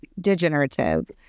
degenerative